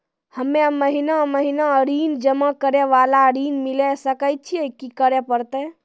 हम्मे महीना महीना ऋण जमा करे वाला ऋण लिये सकय छियै, की करे परतै?